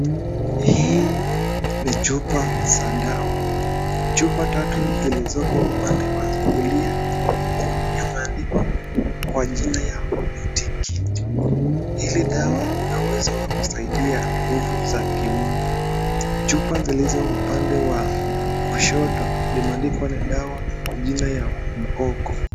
Hii ni chupa za dawa. Chupa tatu zilizoko upande wa kulia yenye imeandikwa kwa jina ya mtikiti. Hili dawa lina uwezo wa kusaidia nguvu za kiume. Chupa zilizo upande wa kushoto limeandikwa dawa kwa jina la mgogo.